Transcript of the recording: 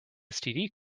std